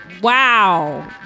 Wow